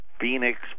Phoenix